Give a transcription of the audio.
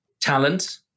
talent